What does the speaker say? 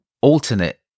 alternate